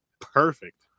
perfect